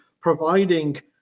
providing